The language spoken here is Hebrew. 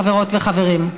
חברות וחברים.